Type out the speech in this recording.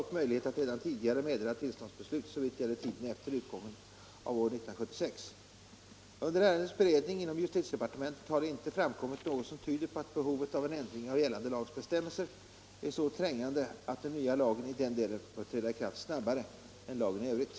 Under ärendets beredning inom justitiedepartementet har det inte framkommit något som tyder på att behovet av en ändring av gällande lags bestämmelser är så trängande att den nya lagen i den delen bör träda i kraft snabbare än lagen i sin helhet.